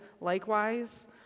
likewise